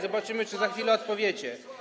Zobaczymy, czy za chwilę odpowiecie.